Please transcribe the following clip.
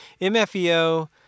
MFEO